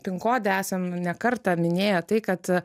pin kode esam ne kartą minėję tai kad